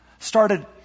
started